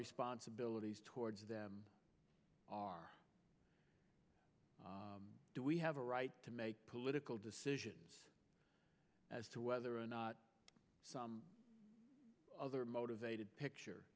responsibilities towards them are do we have a right to make political decisions as to whether or not some other motivated picture